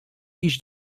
iść